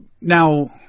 now